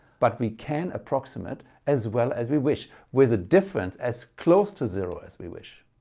but we can approximate as well as we wish with a difference as close to zero as we wish.